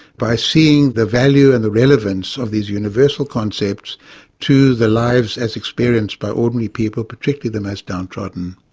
by seeing the value and the relevance of these universal concepts to the lives as experienced by ordinary people, particularly the most downtrodden.